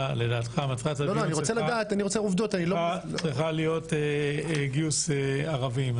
לדעתך צריכה להיות גיוס ערבים.